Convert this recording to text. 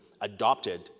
adopted